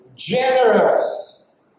generous